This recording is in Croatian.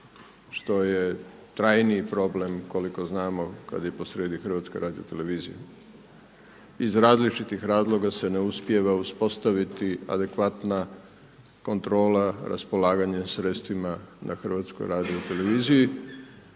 što je trajniji problem koliko znamo kada je posrijedi HRT. Iz različitih razloga se ne uspijeva uspostaviti adekvatna kontrola raspolaganje sredstvima na HRT-u, bilo zbog